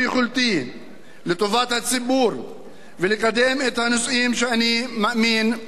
לטובת הציבור ולקדם את הנושאים שאני מאמין בהם.